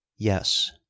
yes